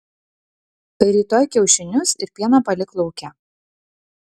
rytoj kiaušinius ir pieną palik lauke